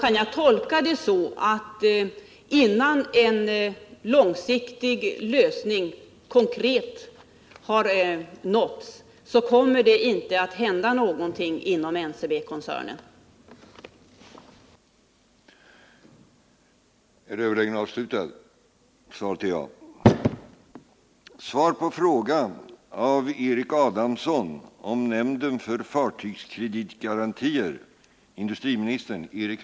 Kan jag tolka detta så, att det inte kommer att hända någonting inom NCB-koncernen innan en långsiktig konkret lösning har nåtts?